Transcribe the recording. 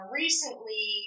recently